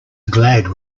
glad